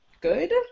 good